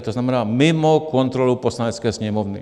To znamená, mimo kontrolu Poslanecké sněmovny.